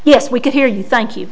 yes we can hear you thank you